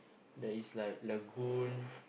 there is like Lagoon